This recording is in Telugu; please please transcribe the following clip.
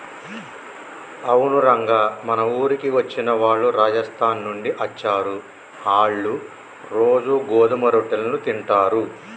అవును రంగ మన ఊరికి వచ్చిన వాళ్ళు రాజస్థాన్ నుండి అచ్చారు, ఆళ్ళ్ళు రోజూ గోధుమ రొట్టెలను తింటారు